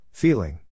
Feeling